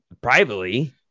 privately